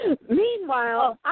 Meanwhile